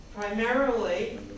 Primarily